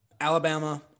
Alabama